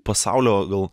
pasaulio gal